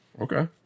Okay